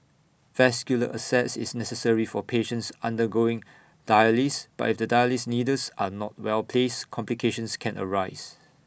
vascular access is necessary for patients undergoing dialysis but if the dialysis needles are not well placed complications can arise